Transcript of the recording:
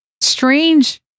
Strange